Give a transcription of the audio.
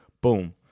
Boom